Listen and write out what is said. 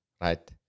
right